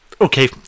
Okay